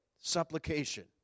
supplication